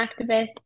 activists